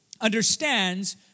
understands